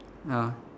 ah